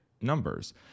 numbers